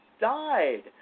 died